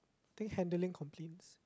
think handling complaints